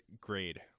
grade